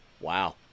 Wow